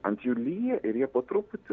ant jų lyja ir jie po truputį